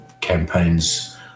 campaigns